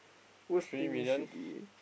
three million